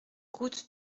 route